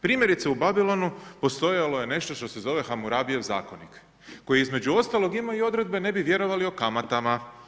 Primjerice u Babilonu postojalo je nešto što se zove Hamurabijev zakonik koji između ostalog ima odredbe ne bi vjerovali, o kamatama.